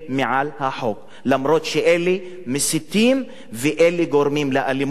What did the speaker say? אף-על-פי שאלה מסיתים ואלה גורמים לאלימות נגד הערבים.